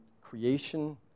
creation